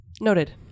Noted